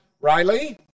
Riley